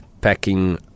packing